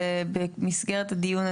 ובמסגרת הדיון,